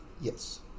Yes